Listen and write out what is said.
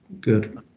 good